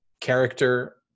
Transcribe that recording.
character